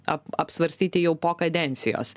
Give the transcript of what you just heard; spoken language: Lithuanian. ap apsvarstyti jau po kadencijos